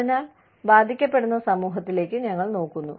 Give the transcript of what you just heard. അതിനാൽ ബാധിക്കപ്പെടുന്ന സമൂഹത്തിലേക്ക് ഞങ്ങൾ നോക്കുന്നു